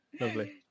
Lovely